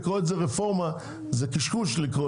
לקרוא לזה רפורמה זה קשקוש.